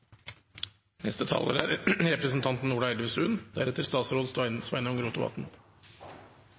Neste taler er statsråd Sveinung Rotevatn.